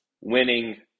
winning